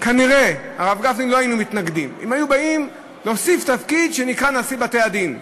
אם היו באים להוסיף תפקיד שנקרא נשיא בתי-הדין,